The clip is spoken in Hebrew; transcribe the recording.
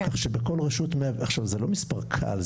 עכשיו זה לא מספר קל,